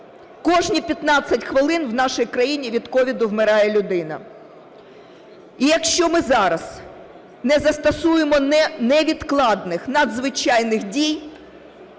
Кожні 15 хвилин в нашій країні від COVID вмирає людина. І якщо ми зараз не застосуємо невідкладних, надзвичайних дій,